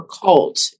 cult